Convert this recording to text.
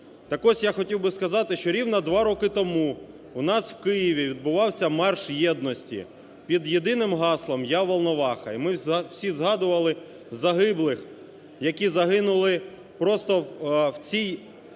Так ось я хотів би сказати, що рівно два роки тому у нас в Києві відбувався "Марш єдності" під єдиним гаслом "Я – Волноваха" і ми всі згадували загиблих, які загинули просто в цій